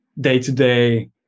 day-to-day